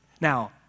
Now